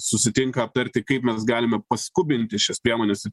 susitinka aptarti kaip mes galime paskubinti šias priemones